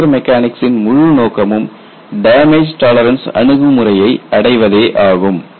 fracture மெக்கானிக்ஸ்சின் முழு நோக்கமும் டேமேஜ் டாலரன்ஸ் அணுகுமுறையை அடைவதே ஆகும்